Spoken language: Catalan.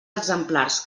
exemplars